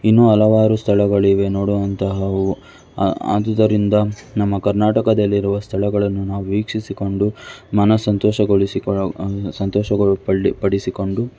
ಇನ್ನು ಹಲವಾರು ಸ್ಥಳಗಳಿವೆ ನೋಡುವಂತಹವು ಆದುದರಿಂದ ನಮ್ಮ ಕರ್ನಾಟಕದಲ್ಲಿರುವ ಸ್ಥಳಗಳನ್ನು ನಾವು ವೀಕ್ಷಿಸಿ ಕೊಂಡು ಮನಃ ಸಂತೋಷಗೊಳಿಸಿ ಸಂತೋಷ ಪಳ್ಳಿ ಪಡಿಸಿಕೊಂಡು